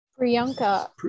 priyanka